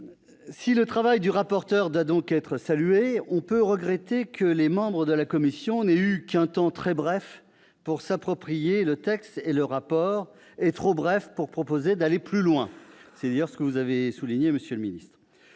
Si le travail du rapporteur doit être salué, on peut regretter que les membres de la commission n'aient eu qu'un temps très bref pour s'approprier le texte et le rapport, et trop bref pour proposer d'aller plus loin. Vous l'avez d'ailleurs souligné, monsieur le secrétaire